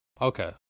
Okay